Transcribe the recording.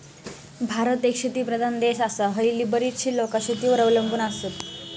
भारत एक शेतीप्रधान देश आसा, हयली बरीचशी लोकां शेतीवर अवलंबून आसत